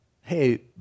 hey